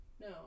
No